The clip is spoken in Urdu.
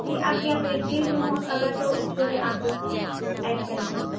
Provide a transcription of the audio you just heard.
جی آپ یا پیسٹریز ہوں اگر تو اس کو بھی آپ ایڈ کر لیں